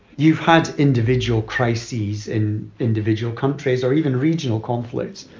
you've had individual crises in individual countries or even regional conflicts,